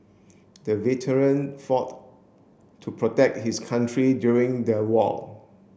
the veteran fought to protect his country during the war